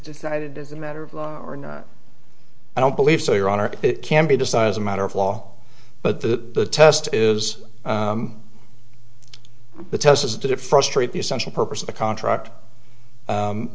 decided as a matter of law or not i don't believe so your honor it can be decide as a matter of law but the test is the test is did it frustrate the essential purpose of the contract